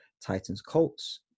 Titans-Colts